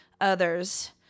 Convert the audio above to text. others